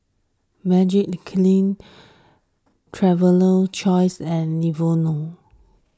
Magiclean Traveler Choice and Lenovo